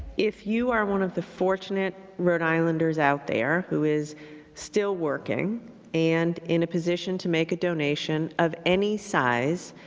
if you are one of the fortunate rhode islanders of their who is still working and in a position to make a donation of any size,